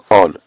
on